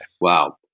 Wow